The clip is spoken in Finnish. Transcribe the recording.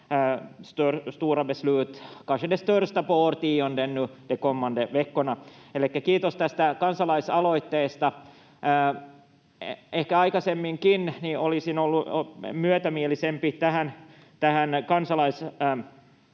tästä kansalaisaloitteesta. Ehkä aikaisemmin olisin ollut myötämielisempi tähän